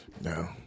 No